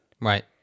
right